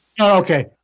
Okay